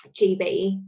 GB